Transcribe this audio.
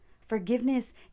forgiveness